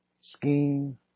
Scheme